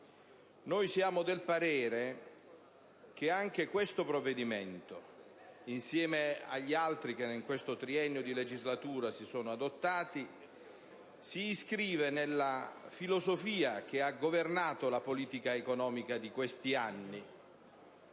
Noi siamo del parere che anche questo provvedimento, insieme agli altri che in questo triennio di legislatura sono stati adottati, si inscriva nella filosofia che ha governato la politica economica degli ultimi anni,